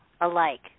alike